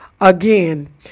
again